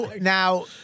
Now